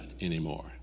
anymore